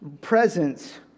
presence